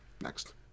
Next